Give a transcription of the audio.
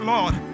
Lord